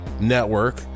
network